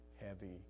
heavy